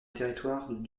territoire